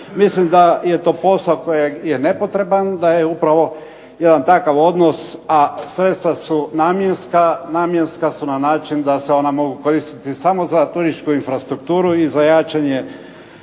Mislim da je to posao koji je nepotreban, da je upravo jedan takav odnos, a sredstva su namjenska, namjenska su na način da se ona mogu koristiti samo za turističku infrastrukturu i za jačanje